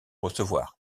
recevoir